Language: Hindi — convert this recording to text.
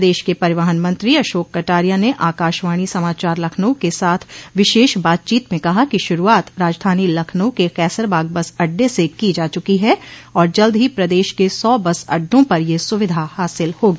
प्रदेश के परिवहन मंत्री अशोक कटारिया ने आकाशवाणी समाचार लखनऊ के साथ विशेष बातचीत में कहा कि शुरूआत राजधानी लखनऊ के कैसरबाग बस अड्डे से की जा चुकी है और जल्द ही प्रदेश के सौ बस अड्डों पर यह सुविधा हासिल होगी